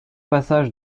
passage